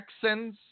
Texans